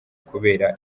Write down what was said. kubera